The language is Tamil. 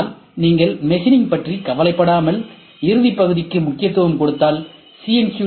ஆனால் நீங்கள் மெஷினிங் பற்றி கவலைப்படாமல் இறுதிப் பகுதிக்கு முக்கியத்துவம் கொடுத்தால் சி